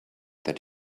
that